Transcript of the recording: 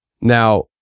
Now